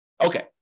okay